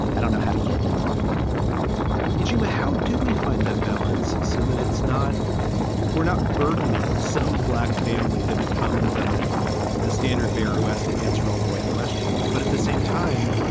i don't know how to get in the room did you mean how do we find that balance so that it's not we're not burdening some black family to become the the standard bearer who has to answer all the white questions? but at the same time,